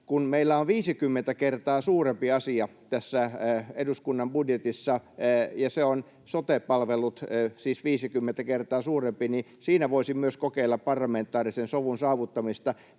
kun meillä on 50 kertaa suurempi asia tässä eduskunnan budjetissa ja se on sote-palvelut — siis 50 kertaa suurempi — niin myös siinä voisi kokeilla parlamentaarisen sovun saavuttamista.